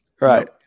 right